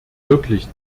wirklich